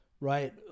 right